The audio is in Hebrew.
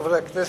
חברי הכנסת,